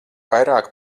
vairāk